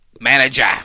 manager